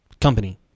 company